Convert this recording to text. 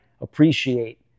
appreciate